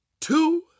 two